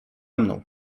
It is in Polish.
mną